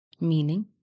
Meaning